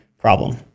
problem